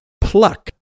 pluck